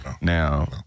Now